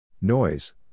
Noise